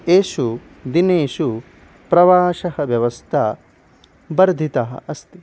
एषु दिनेषु प्रायशः व्यवस्था वर्धिता अस्ति